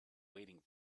waiting